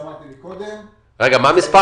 מה מספר